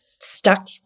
stuck